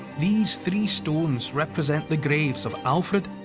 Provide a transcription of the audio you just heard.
these three stones represent the graves of alfred,